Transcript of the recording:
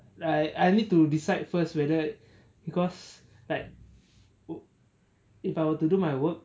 like I I need to decide first whether because like i~ if I were to do my work